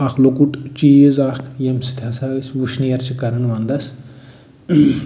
اکھ لۄکُٹ چیٖز اکھ ییٚمہِ سۭتۍ ہَسا أسۍ وُشنیر چھِ کَرن ونٛدس